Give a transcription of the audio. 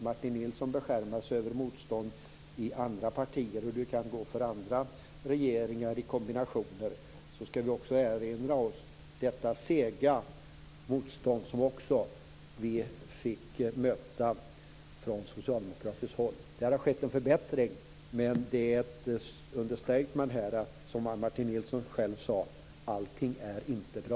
Martin Nilsson beskärmar sig över motstånd från andra partier och över hur det kan gå för regeringar i andra kombinationer, men man skall också erinra sig det sega motstånd som vi fick möta från socialdemokratiskt håll. Det har skett en förbättring, men det var ett understatement när Martin Nilsson själv sade: Allting är inte bra.